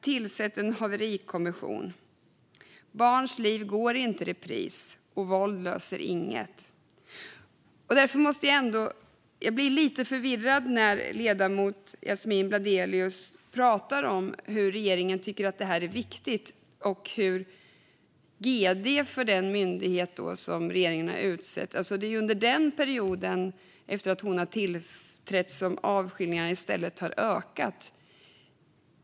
Tillsätt en haverikommission! Barns liv går inte i repris. Våld löser inget. Jag blir lite förvirrad när ledamoten Yasmine Bladelius talar om att regeringen tycker att det här är viktigt. Det är ju under perioden efter att GD för myndigheten, som regeringen har utsett, som avskiljningarna har ökat.